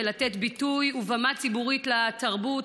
לתת ביטוי ובמה ציבורית לתרבות,